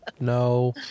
No